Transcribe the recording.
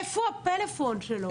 איפה הטלפון הנייד שלו?